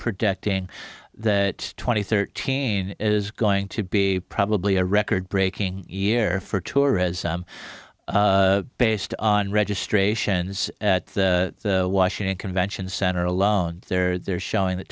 projecting that twenty thirteen is going to be probably a record breaking year for tourism based on registrations at washington convention center alone there they're showing th